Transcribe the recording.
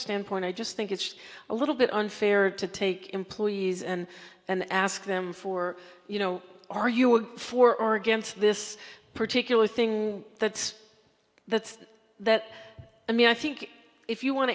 standpoint i just think it's a little bit unfair to take employees and then ask them for you know are you all for or against this particular thing that's that's that i mean i think if you want